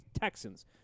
Texans